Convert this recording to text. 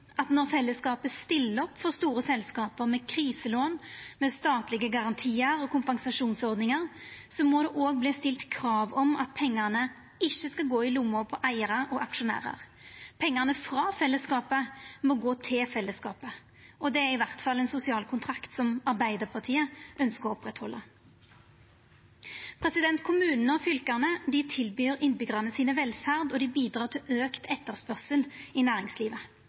at når fellesskapet stiller opp for store selskap med kriselån, med statlege garantiar og med kompensasjonsordningar, så må det òg verta stilt krav om at pengane ikkje skal gå i lomma på eigarar og aksjonærar. Pengane frå fellesskapet må gå til fellesskapet, og det er iallfall ein sosial kontrakt som Arbeidarpartiet ønskjer å oppretthalda. Kommunane og fylka tilbyr innbyggjarane sine velferd, og dei bidreg til auka etterspørsel i næringslivet.